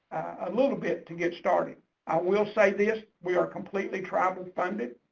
a little bit, to get started, i will say this, we are completely tribal funded.